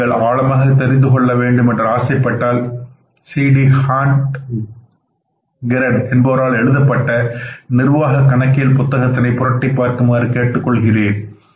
மேலும் நீங்கள் ஆழமாக தெரிந்து கொள்ள வேண்டுமென்று ஆசைப்பட்டால் சி டி ஹாண்ட் கிரீன் என்பவரால் எழுதப்பட்ட நிர்வாக கணக்கியல் புத்தகத்தினை புரட்டிப் பார்க்குமாறு கேட்டுக்கொள்கிறேன்ன்